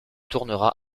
tournera